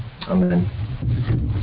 Amen